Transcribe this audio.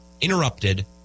Interrupted